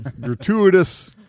Gratuitous